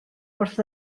wrth